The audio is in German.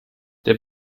der